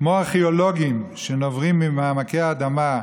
כמו ארכיאולוגים שנוברים במעמקי האדמה,